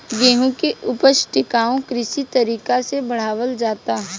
गेंहू के ऊपज टिकाऊ कृषि तरीका से बढ़ावल जाता